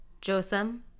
Jotham